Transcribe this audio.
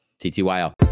TTYL